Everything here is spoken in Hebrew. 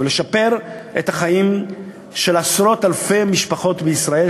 ולשפר את החיים של עשרות אלפי משפחות בישראל,